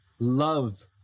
love